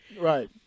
Right